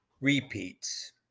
repeats